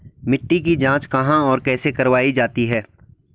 मिट्टी की जाँच कहाँ और कैसे करवायी जाती है?